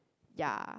ya